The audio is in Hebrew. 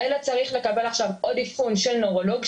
הילד צריך לקבל אבחון של נוירולוג,